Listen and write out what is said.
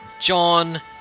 John